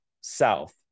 South